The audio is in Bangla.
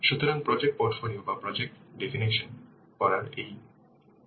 সুতরাং প্রজেক্ট পোর্টফোলিও বা প্রজেক্ট পোর্টফোলিও সংজ্ঞা করার এটাই প্রথম উপায়